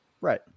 right